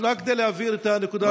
רק כדי להבהיר את הנקודה,